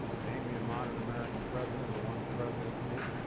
name me a modern american president who won the presidency